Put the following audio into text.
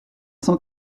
cent